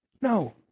No